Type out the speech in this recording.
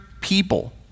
people